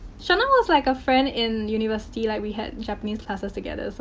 seanna was like a friend in university like we had japanese classes together. so,